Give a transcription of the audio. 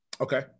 Okay